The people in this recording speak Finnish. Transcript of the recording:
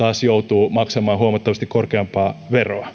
joutuu maksamaan huomattavasti korkeampaa